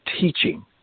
teaching